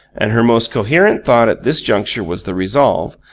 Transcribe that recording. and her most coherent thought at this juncture was the resolve,